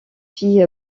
fille